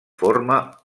forma